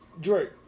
Drake